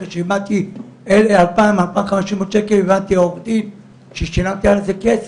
אחרי ששילמתי 2,000-2,500 שקלים הבאתי עובדים ושילמתי על זה כסף.